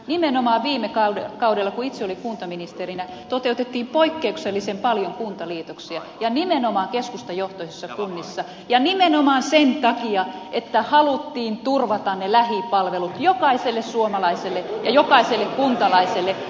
nimenomaan viime kaudella kun itse olin kuntaministerinä toteutettiin poikkeuksellisen paljon kuntaliitoksia nimenomaan keskustajohtoisissa kunnissa ja nimenomaan sen takia että haluttiin turvata ne lähipalvelut jokaiselle suomalaiselle ja jokaiselle kuntalaiselle